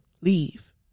leave